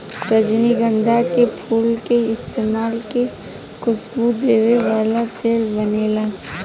रजनीगंधा के फूल के इस्तमाल से खुशबू देवे वाला तेल बनेला